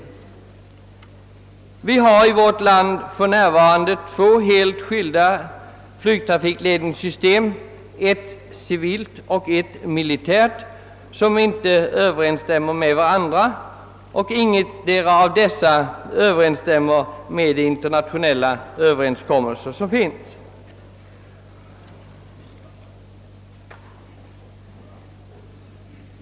Sverige har för närvarande två helt skilda flygtrafikledningssystem — ett civilt och ett militärt — som inte överensstämmer med varandra, och ingetdera av dessa överensstämmer med de internationellt överenskomna.